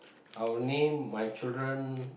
I would name my children